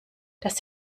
das